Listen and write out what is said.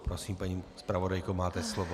Prosím, paní zpravodajko, máte slovo.